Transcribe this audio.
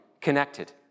connected